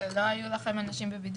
לא היו לכם אנשים בבידוד?